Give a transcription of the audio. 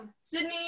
Sydney